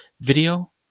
video